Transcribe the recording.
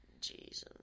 Jesus